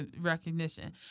recognition